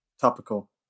Topical